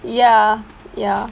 ya ya